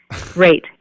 Great